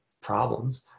problems